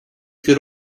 could